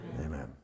Amen